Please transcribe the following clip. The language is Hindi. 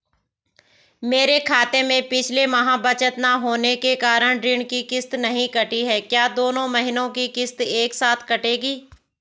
मेरे खाते में पिछले माह बचत न होने के कारण ऋण की किश्त नहीं कटी है क्या दोनों महीने की किश्त एक साथ कटेगी?